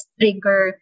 trigger